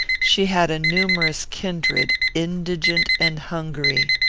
she had a numerous kindred, indigent and hungry.